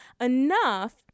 enough